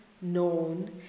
known